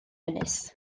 ynys